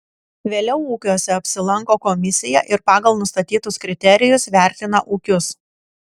vėliau ūkiuose apsilanko komisija ir pagal nustatytus kriterijus vertina ūkius